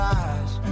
eyes